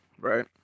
right